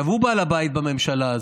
עכשיו, הוא בעל הבית בממשלה הזו.